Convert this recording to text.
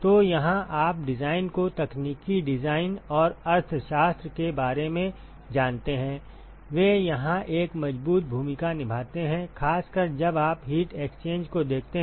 तो यहां आप डिजाइन को तकनीकी डिजाइन और अर्थशास्त्र के बारे में जानते हैं वे यहां एक मजबूत भूमिका निभाते हैं खासकर जब आप हीट एक्सचेंज को देखते हैं